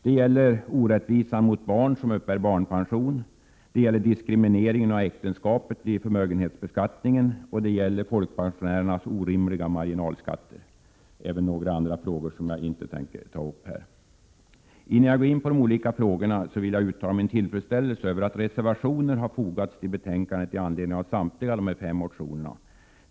Det gäller orättvisa mot barn som uppbär barnpension, diskrimineringen av äktenskapet i förmögenhetsbeskattningen och folkpensionärernas orimliga marginalskatter. Det gäller även några andra frågor som jag inte skall ta upp här. Innan jag går in på de olika frågorna vill jag uttala min tillfredsställelse över att reservationer har fogats till betänkandet i anledning av samtliga dessa fem motioner.